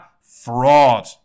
fraud